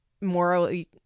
morally